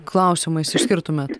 klausimais išskirtumėt